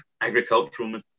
agricultural